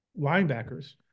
linebackers